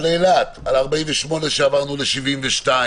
על 48 שעות כשעברנו ל-72,